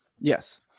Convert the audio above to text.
Yes